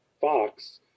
Fox